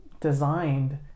designed